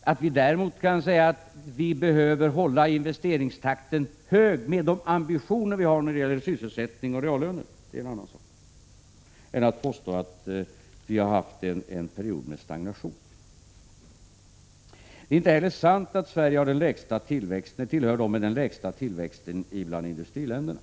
Att vi däremot kan säga att vi behöver hålla investeringstakten hög med de ambitioner vi har när det gäller sysselsättning och reallöner är en annan sak än att påstå att vi har haft en period med stagnation. Det är inte heller sant att Sverige tillhör dem med den lägsta tillväxten bland industriländerna.